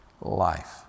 life